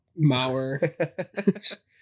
Mauer